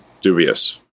dubious